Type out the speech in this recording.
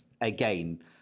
again